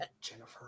Jennifer